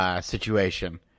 situation